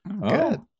Good